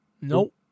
nope